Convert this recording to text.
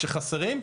שחסרים,